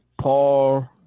Paul